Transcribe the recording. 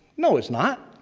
no it's not.